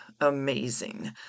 amazing